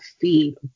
feed